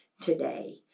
today